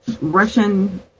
Russian